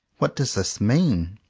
what does this mean?